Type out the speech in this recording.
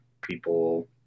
people